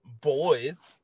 boys